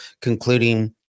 concluding